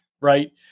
right